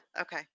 Okay